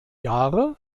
jahre